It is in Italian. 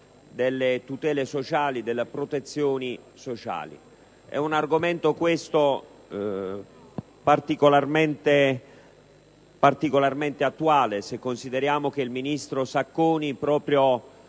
delle tutele e delle protezioni sociali. È un argomento particolarmente attuale, se consideriamo che il ministro Sacconi proprio